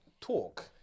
talk